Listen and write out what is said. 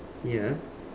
ya